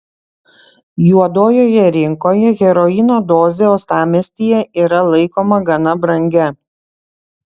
juodojoje rinkoje heroino dozė uostamiestyje yra laikoma gana brangia